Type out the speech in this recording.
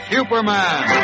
Superman